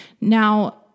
Now